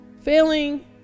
failing